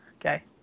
Okay